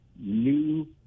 new